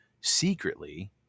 secretly